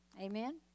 Amen